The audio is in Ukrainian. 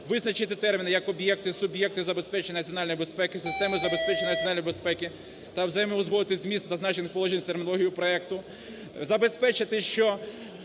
визначити терміни як "об'єкти", "суб'єкти", "забезпечення національної безпеки", "системи забезпечення національної безпеки" та взаємоузгодити зміст зазначених положень з термінологією проекту,